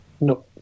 No